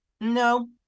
No